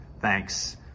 Thanks